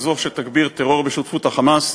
כזו שתגביר טרור בשותפות ה"חמאס",